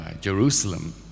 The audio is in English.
Jerusalem